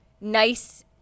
nice